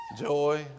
joy